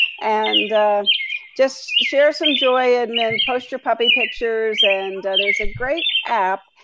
and just share some joy and then post your puppy pictures, and there's a great app,